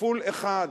כפול 1,